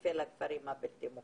ספציפי לכפרים הבלתי מוכרים.